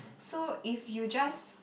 so if you just